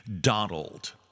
Donald